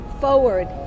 forward